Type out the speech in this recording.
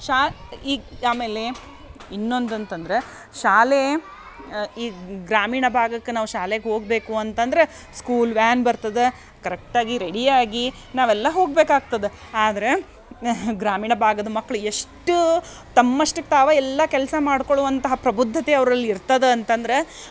ಶಾಲೆ ಈಗ ಆಮೇಲೆ ಇನ್ನೊಂದು ಅಂತಂದ್ರೆ ಶಾಲೆ ಈಗ ಗ್ರಾಮೀಣ ಭಾಗಕ್ಕೆ ನಾವು ಶಾಲೆಗೆ ಹೋಗ್ಬೇಕು ಅಂತಂದ್ರೆ ಸ್ಕೂಲ್ ವ್ಯಾನ್ ಬರ್ತದೆ ಕರೆಕ್ಟಾಗಿ ರೆಡಿಯಾಗಿ ನಾವೆಲ್ಲ ಹೋಗ್ಬೇಕಾಗ್ತದೆ ಆದ್ರೆ ಗ್ರಾಮೀಣ ಭಾಗದ ಮಕ್ಳು ಎಷ್ಟು ತಮ್ಮಷ್ಟಕ್ಕೆ ತಾವೇ ಎಲ್ಲ ಕೆಲಸ ಮಾಡಿಕೊಳ್ಳುವಂತಹ ಪ್ರಬುದ್ಧತೆ ಅವ್ರಲ್ಲಿ ಇರ್ತದೆ ಅಂತಂದ್ರೆ